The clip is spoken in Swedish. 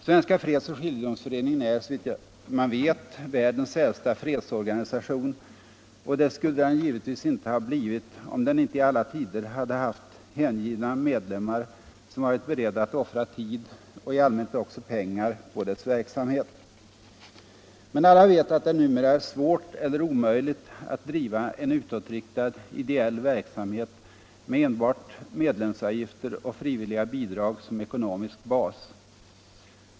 Svenska fredsoch skiljedomsföreningen är, så vitt man vet, världens äldsta fredsorganisation, och det skulle den givetvis inte ha blivit om den inte i alla tider hade haft hängivna medlemmar, som varit beredda att offra tid och i allmänhet också pengar på dess verksamhet. Men alla vet att det numera är svårt eller omöjligt att driva en utåtriktad ideell verksamhet med enbart medlemsavgifter och frivilliga bidrag som ekonomisk bas.